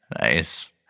Nice